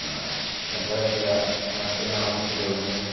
centre ꯑꯁꯤꯗ nurse ꯑꯣꯏꯅ ꯑꯃꯨꯛ ꯄꯨꯖꯕꯅꯤ